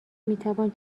میتوان